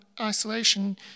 isolation